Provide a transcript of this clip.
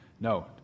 No